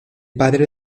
padre